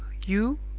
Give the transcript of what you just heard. you,